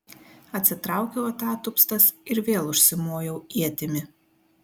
atsitraukiau atatupstas ir vėl užsimojau ietimi